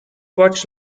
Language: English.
watch